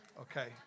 Okay